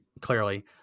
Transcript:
clearly